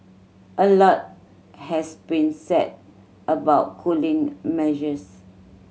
a lot has been said about cooling measures